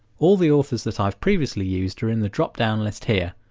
all the authors that i've previously used are in the dropdown list here,